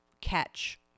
catch